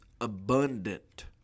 abundant